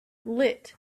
lit